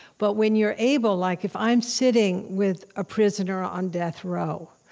but when you're able like if i'm sitting with a prisoner on death row,